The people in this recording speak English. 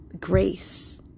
grace